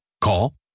Call